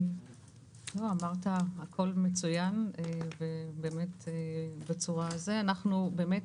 לא, אמרת הכל מצוין ובאמת בצורה, אנחנו באמת